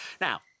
Now